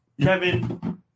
Kevin